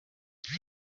icya